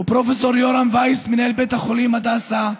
ועם פרופסור יורם וייס, מנהל בית החולים הדסה,